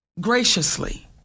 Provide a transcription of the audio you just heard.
graciously